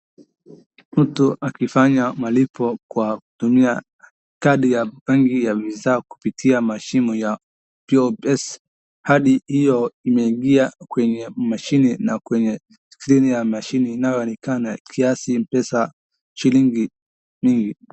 Mtu akifanya malipo kwa kutumia kadi ya benki ya mizaa kupitia mashini ya POS kadi hiyo imeingia kwenye mashini na kwenye chini ya mashini inayoonekana kiasi pesa shilingi mingi.